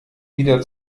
wieder